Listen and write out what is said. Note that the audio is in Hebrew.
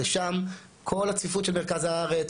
לשם כל הצפיפות של מרכז הארץ,